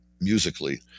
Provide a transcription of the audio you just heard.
musically